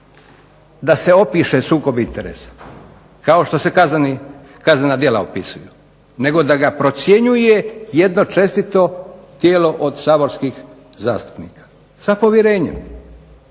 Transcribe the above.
da se opiše sukob interesa kao što se kaznena djela opisuju nego da ga procjenjuje jedno čestito tijelo od saborskih zastupnika sa povjerenjem.